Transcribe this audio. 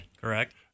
Correct